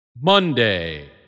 Monday